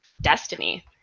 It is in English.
destiny